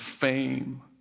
fame